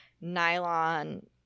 nylon